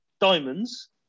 diamonds